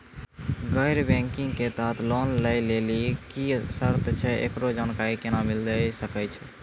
गैर बैंकिंग के तहत लोन लए लेली की सर्त छै, एकरो जानकारी केना मिले सकय छै?